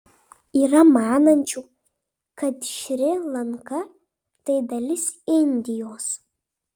yra manančių kad šri lanka tai dalis indijos